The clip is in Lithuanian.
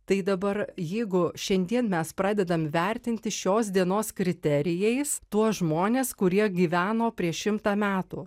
tai dabar jeigu šiandien mes pradedam vertinti šios dienos kriterijais tuos žmones kurie gyveno prieš šimtą metų